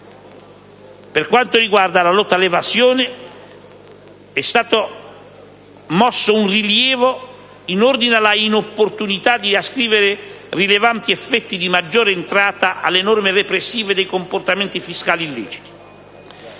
attivati. Circa la lotta all'evasione, è stato mosso un rilievo in ordine all'inopportunità di ascrivere rilevanti effetti di maggiore entrata alle norme repressive dei comportamenti fiscali illeciti.